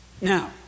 Now